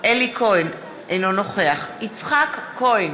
אינו נוכח יצחק כהן,